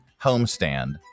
homestand